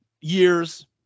years